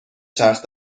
چرخ